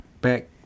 back